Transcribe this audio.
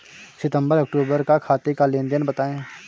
सितंबर अक्तूबर का खाते का लेनदेन बताएं